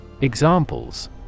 Examples